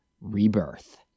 Rebirth